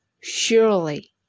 surely